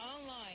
online